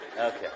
Okay